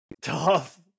tough